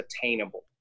attainable